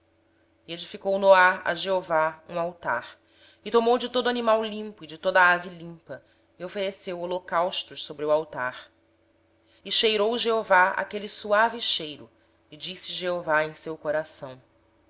edificou noé um altar ao senhor e tomou de todo animal limpo e de toda ave limpa e ofereceu holocaustos sobre o altar sentiu o senhor o suave cheiro e disse em seu coração